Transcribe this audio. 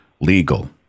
legal